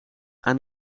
aan